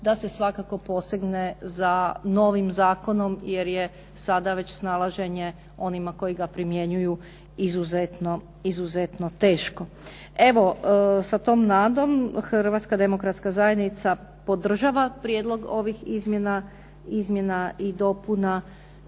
da se svakako posegne za novim zakonom jer je sada već snalaženje, onima koji ga primjenjuju, izuzetno teško. Evo, sa tom nadom, Hrvatska demokratska zajednica podržava prijedlog ovih izmjena, izmjena